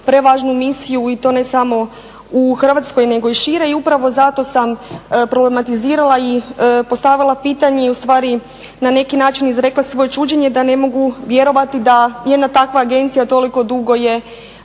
prevažnu misiju i to ne samo u Hrvatskoj nego i šire i upravo zato sam problematizirala i postavila pitanje i ustvari na neki način izrekla svoje čuđenje da ne mogu vjerovati da jedna takva agencija toliko dugo je